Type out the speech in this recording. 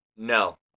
No